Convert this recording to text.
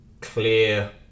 clear